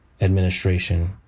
administration